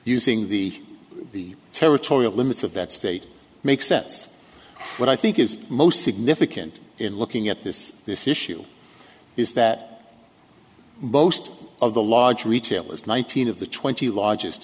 using the the territorial limits of that state makes sense what i think is most significant in looking at this this issue is that most of the large retailers nineteen of the twenty largest